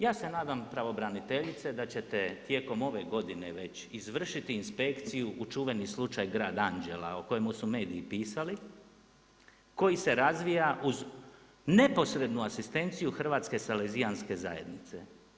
Ja se nadam pravobraniteljice, da ćete tijekom ive godine već izvršiti inspekciju u čuveni slučaj Grad anđela o kojemu su mediji pisali, koji se razvija uz neposrednu asistenciju Hrvatske salezijanske zajednice.